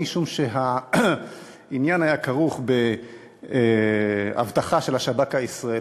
משום שהעניין היה כרוך באבטחה של השב"כ הישראלי,